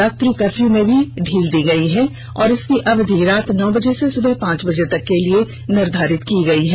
रात्रि कर्फ्यू में भी ढील दी गयी है और इसकी अवधि रात नौ बजे से सुबह पांच बजे तक के लिए निर्धारित की गयी है